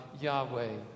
Yahweh